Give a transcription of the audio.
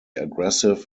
aggressive